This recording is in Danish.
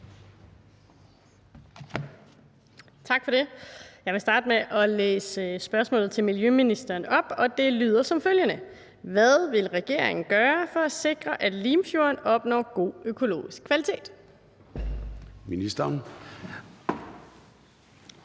Tak for det. Jeg vil starte med at læse spørgsmålet til miljøministeren op, og det lyder som følger: Hvad vil regeringen gøre for at sikre, at Limfjorden opnår god økologisk kvalitet? Kl.